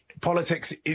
politics